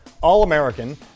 All-American